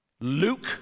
Luke